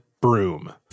broom